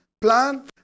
Plan